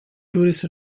tourist